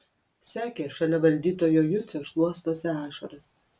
sekė šalia valdytojo jucio šluostosi ašaras